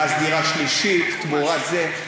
מס דירה שלישית תמורת זה,